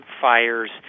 fires